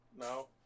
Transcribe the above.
No